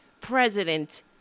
president